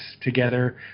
together